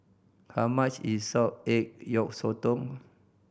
how much is salted egg yolk sotong